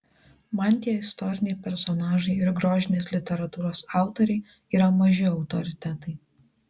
man tie istoriniai personažai ir grožinės literatūros autoriai yra maži autoritetai